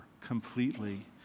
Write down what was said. completely